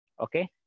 Okay